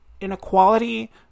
inequality